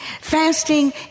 Fasting